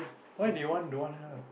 why did you want don't want her